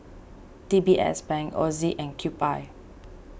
D B S Bank Ozi and Cube I